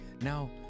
Now